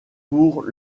pour